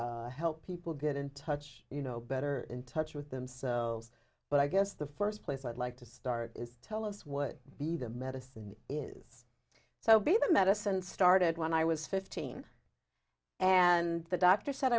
you help people get in touch you know better in touch with themselves but i guess the first place i'd like to start is tell us what the the medicine is so bad that medicine started when i was fifteen and the doctor said